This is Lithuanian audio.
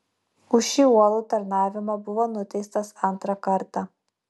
už šį uolų tarnavimą buvo nuteistas antrą kartą